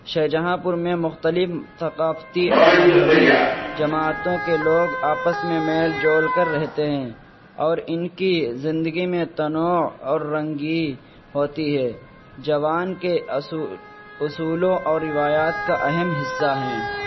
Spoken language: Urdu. شہجہاں پور میں مختلف ثقافتی اور مذہبی جماعتوں کے لوگ آپس میں میل جول کر رہتے ہیں اور ان کی زندگی میں تنوع اور رنگیں ہوتی ہے جوان کے اصول اصولوں اور روایات کا اہم حصہ ہیں